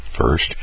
First